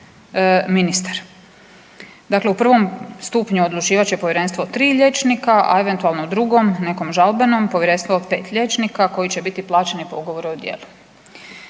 Dakle, u prvom stupnju odlučivat će povjerenstvo tri liječnika, a eventualno u drugom nekom žalbenom povjerenstvo pet liječnika koji će biti plaćeni po ugovoru o djelu.